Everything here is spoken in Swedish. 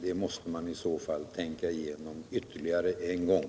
Det måste man i så fall tänka igenom ytterligare en gång.